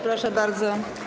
Proszę bardzo.